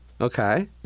Okay